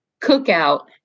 cookout